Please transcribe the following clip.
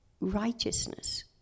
righteousness